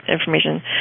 information